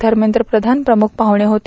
धर्मेंद्र प्रधान प्रमुख पाहुणे होते